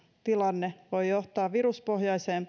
tilanne voi johtaa viruspohjaiseen